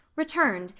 returned,